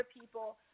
people